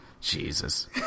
Jesus